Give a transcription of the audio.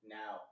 now